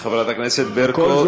חברת הכנסת ברקו,